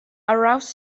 aroused